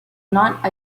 not